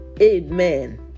amen